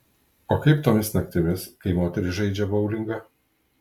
o kaip tomis naktimis kai moterys žaidžia boulingą